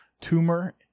tumor